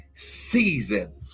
season